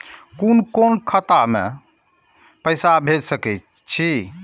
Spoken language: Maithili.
कुन कोण खाता में पैसा भेज सके छी?